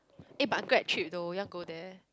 eh but Grab cheap though you want to go there